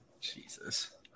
Jesus